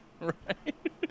right